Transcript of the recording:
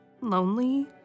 lonely